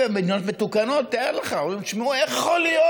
ובמדינות מתוקנות, תאר לך, תשמעו, איך יכול להיות?